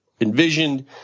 Envisioned